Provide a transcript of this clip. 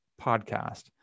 podcast